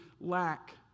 lack